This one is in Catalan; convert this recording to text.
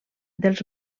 dels